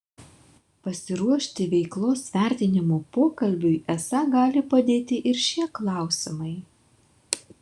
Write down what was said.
pasiruošti veiklos vertinimo pokalbiui esą gali padėti ir šie klausimai